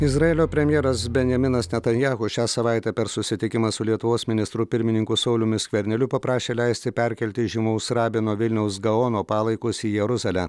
izraelio premjeras benjaminas netanyahu šią savaitę per susitikimą su lietuvos ministru pirmininku sauliumi skverneliu paprašė leisti perkelti žymaus rabino vilniaus gaono palaikus į jeruzalę